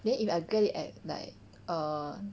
then if I get it at like err